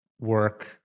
work